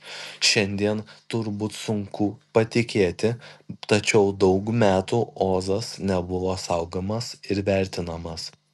šiandien turbūt sunku patikėti tačiau daug metų ozas nebuvo saugomas ir vertinamas